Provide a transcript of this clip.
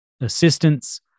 assistance